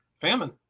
Famine